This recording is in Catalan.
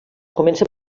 comença